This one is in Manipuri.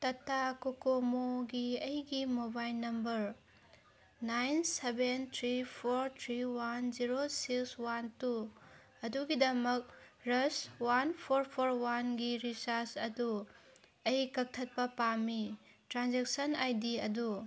ꯇꯥꯇꯥ ꯀꯣꯀꯣꯃꯣꯒꯤ ꯑꯩꯒꯤ mobile number nine seven three four three one zero six one two ꯑꯗꯨꯒꯤꯗꯃꯛ ꯔꯁ ꯋꯥꯟ ꯐꯣꯔ ꯐꯣꯔ ꯋꯥꯟꯒꯤ ꯔꯤꯆꯥꯔꯖ ꯑꯗꯨ ꯑꯩ ꯀꯛꯊꯠꯄ ꯄꯥꯝꯃꯤ ꯇ꯭ꯔꯥꯟꯖꯦꯛꯁꯟ ꯑꯥꯏ ꯗꯤ ꯑꯗꯨ